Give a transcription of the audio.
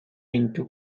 into